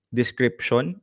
description